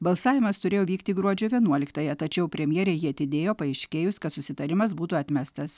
balsavimas turėjo vykti gruodžio vienuoliktąją tačiau premjerė jį atidėjo paaiškėjus kad susitarimas būtų atmestas